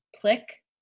Click